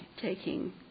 taking